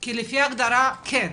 כי לפי ההגדרה זה כן.